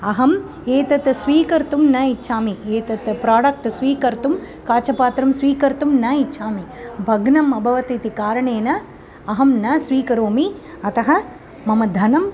अहम् एतत् स्वीकर्तुं न इच्छामि एतत् प्राडक्ट् स्वीकर्तुं काचपात्रं स्वीकर्तुं न इच्छामि भग्नम् अभवत् इति कारणेन अहं न स्वीकरोमि अतः मम धनम्